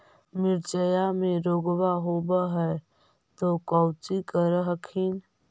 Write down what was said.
मिर्चया मे रोग्बा होब है तो कौची कर हखिन?